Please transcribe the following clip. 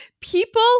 people